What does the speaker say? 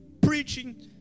preaching